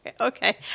Okay